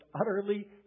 utterly